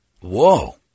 Whoa